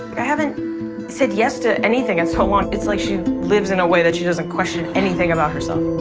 i haven't said yes to anything in so long it's like she lives in a way that she doesn't question anything about herself.